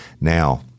Now